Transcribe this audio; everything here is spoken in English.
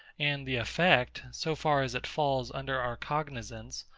and the effect, so far as it falls under our cognisance,